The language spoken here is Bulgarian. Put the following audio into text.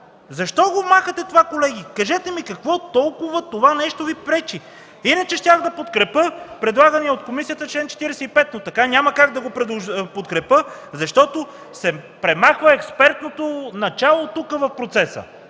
Защо махате това, колеги? Кажете ми какво толкова Ви пречи това нещо? Иначе щях да подкрепя предлагания от комисията чл. 45, но така няма как да го подкрепя, защото тук се премахва експертното начало в процеса.